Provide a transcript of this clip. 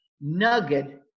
nugget